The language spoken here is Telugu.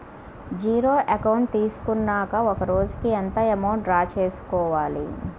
జీరో అకౌంట్ తీసుకున్నాక ఒక రోజుకి ఎంత అమౌంట్ డ్రా చేసుకోవాలి?